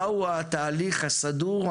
מהו התהליך הסדור,